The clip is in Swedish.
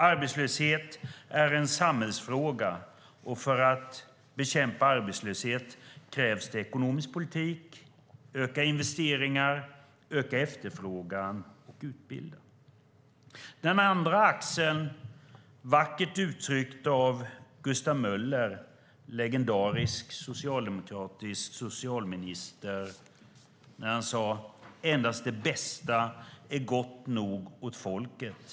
Arbetslöshet är en samhällsfråga, och för att bekämpa arbetslöshet krävs det ekonomisk politik, ökade investeringar, ökad efterfrågan och utbildning. Den andra axeln uttrycktes vackert av Gustav Möller, legendarisk socialdemokratisk socialminister, när han sade: Endast det bästa är gott nog åt folket.